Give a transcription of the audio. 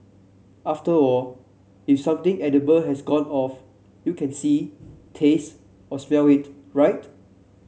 after all if something edible has gone off you can see taste or smell it right